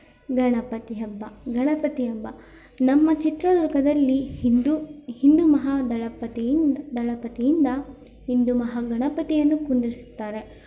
ಗಣಪತಿ ಹಬ್ಬ ಗಣಪತಿ ಹಬ್ಬ ನಮ್ಮ ಚಿತ್ರದುರ್ಗದಲ್ಲಿ ಹಿಂದೂ ಹಿಂದೂ ಮಹಾ ದಳಪತಿಯಿಂದ ದಳಪತಿಯಿಂದ ಹಿಂದೂ ಮಹಾಗಣಪತಿಯನ್ನು ಕುಳ್ಳಿರ್ಸುತ್ತಾರೆ